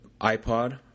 iPod